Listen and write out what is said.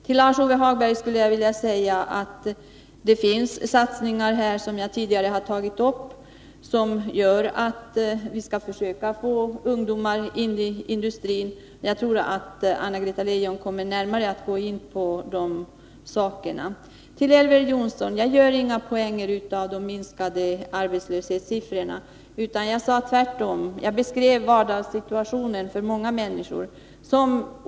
Till Lars-Ove Hagberg vill jag säga att det, som jag tidigare nämnt, görs satsningar på att få in ungdomar i industrin. Jag tror att Anna-Greta Leijon närmare kommer att gå in på de frågorna. Till Elver Jonsson: Jag gör inga poänger av minskningen av arbetslöshetssiffrorna, utan jag beskrev tvärtom vardagssituationen för många människor.